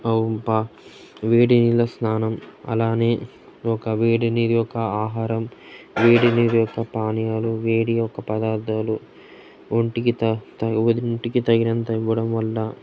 వేడి నీళ్ళ స్నానం అలానే ఒక వేడి నీరు యొక్క ఆహారం వేడి నీరు యొక్క పానీయాలు వేడి యొక్క పదార్థాలు ఒంటికి వంటికి తగినంత ఇవ్వడం వల్ల